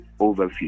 overview